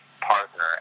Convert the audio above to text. partner